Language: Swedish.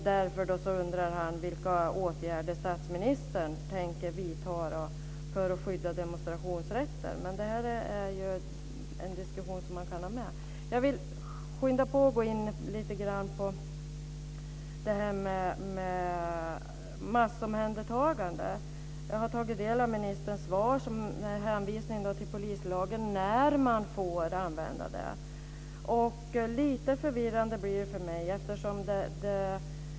Därför undrar han vilka åtgärder statsministern tänker vidta för att skydda demonstrationsrätten. Det här är en diskussion man kan föra också här. Jag vill skynda på och gå in lite grann på det här med massomhändertaganden. Jag har tagit del av ministerns svar med dess hänvisning till polislagens bestämmelser om när man får använda detta. Det här blir lite förvirrande för mig.